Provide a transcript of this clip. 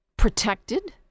protected